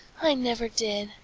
i never did.